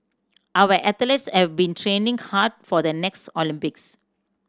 our athletes have been training hard for the next Olympics